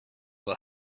will